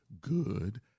good